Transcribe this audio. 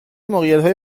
موقعیتهای